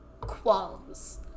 qualms